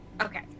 Okay